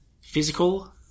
physical